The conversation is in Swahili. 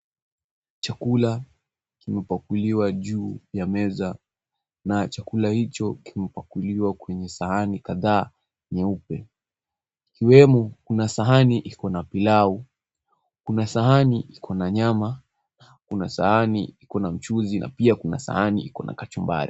Chakula kimepakuliwa juu ya meza na chakula hicho kimepakuliwa kwenye sahani kadhaa nyeupe ikiwemo kuna sahani iko na pilau, kuna sahani iko na nyama, kuna sahani iko na mchuzi na pia kuna sahani iko na kachumbari.